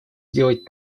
сделать